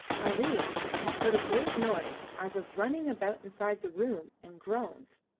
ali had heard a great noise as of running about inside the room and groans.